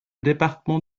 département